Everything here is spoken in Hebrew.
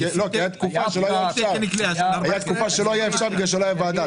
--- הייתה תקופה שלא היה אפשר בגלל שלא היה ועדה,